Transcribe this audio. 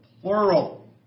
plural